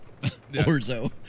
Orzo